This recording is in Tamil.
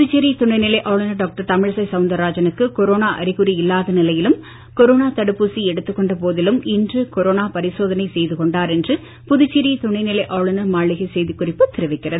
புதுச்சேரி துணை நிலை ஆளுநர் டாக்டர் தமிழிசை சவுந்தரராஜனுக்கு கொரோனா அறிகுறி இல்லாத நிலையிலும் கொரோனா தடுப்பூசி எடுத்துக் கொண்ட போதிலும் இன்று கொரோனா பரிசோதனை செய்து கொண்டார் என்று புதுச்சேரி துணை நிலை ஆளுநர் மாளிகை செய்திக் குறிப்பு தெரிவிக்கிறது